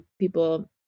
people